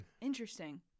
Interesting